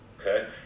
Okay